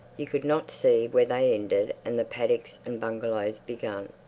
you could not see where they ended and the paddocks and bungalows began.